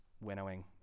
winnowing